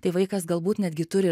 tai vaikas galbūt netgi turi